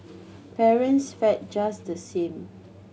parents fared just the same